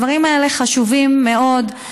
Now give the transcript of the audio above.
הדברים האלה חשובים מאוד.